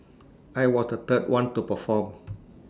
I was the third one to perform